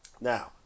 Now